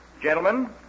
Gentlemen